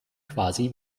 quasi